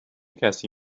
کسی